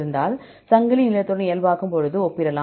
சங்கிலி நீளத்துடன் இயல்பாக்கும்போது ஒப்பிடலாம்